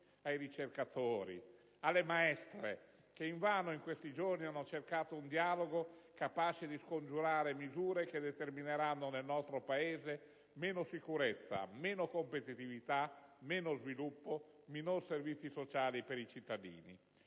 ricercatori, maestre che invano in questi giorni hanno cercato un dialogo capace di scongiurare misure che determineranno nel nostro Paese meno sicurezza, meno competitività, meno sviluppo, minori servizi sociali per i cittadini.